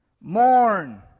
mourn